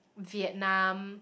Vietnam